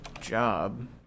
job